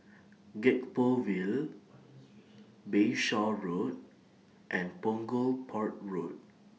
Gek Poh Ville Bayshore Road and Punggol Port Road